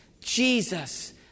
Jesus